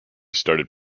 started